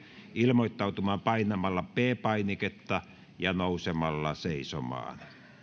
ilmoittautumaan painamalla p painiketta ja nousemalla seisomaan